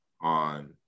on